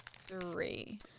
Three